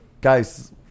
guys